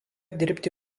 dirbti